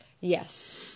yes